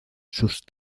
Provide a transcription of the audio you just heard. sus